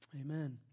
Amen